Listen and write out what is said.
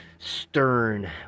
Stern